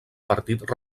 partit